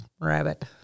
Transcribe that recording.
rabbit